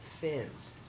fins